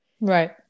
Right